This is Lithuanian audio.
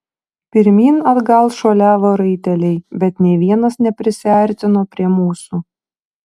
pirmyn atgal šuoliavo raiteliai bet nė vienas neprisiartino prie mūsų